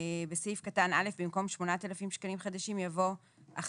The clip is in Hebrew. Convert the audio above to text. (1) בסעיף קטן (א) במקום "8,000 שקלים חדשים" יבוא "11,000,